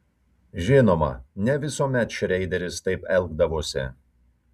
žinoma ne visuomet šreideris taip elgdavosi